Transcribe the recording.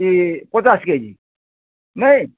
ଏ ପଚାଶ୍ କେଜି ନାଇ